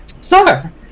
Sir